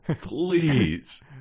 please